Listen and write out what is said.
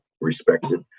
respected